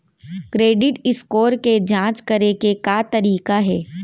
Credit score के जाँच करे के का तरीका हे?